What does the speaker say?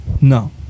No